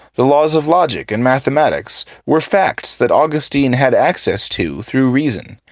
the laws of logic and mathematics were facts that augustine had access to through reason,